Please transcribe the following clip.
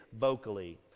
vocally